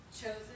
chosen